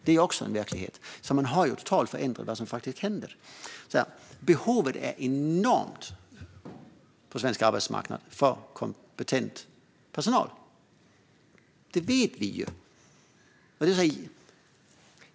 Det är också en verklighet. Man har totalt förändrat vad som faktiskt händer. Att behovet av kompetent personal är enormt på svensk arbetsmarknad vet vi.